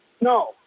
No